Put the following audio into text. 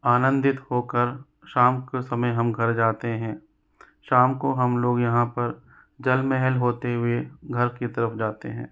आनंदित होकर शाम के समय हम घर जाते हैं शाम को हम लोग यहाँ पर जल महल होते हुए घर की तरफ जाते हैं